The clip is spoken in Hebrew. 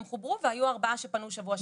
הם חוברו והיו ארבעה שפנו שבוע שעבר.